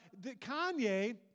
Kanye